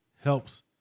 helps